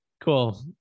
Cool